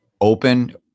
open